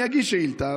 אני אגיש שאילתה,